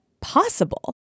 possible